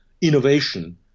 innovation